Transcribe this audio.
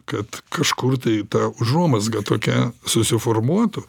kad kažkur tai ta užuomazga tokia susiformuotų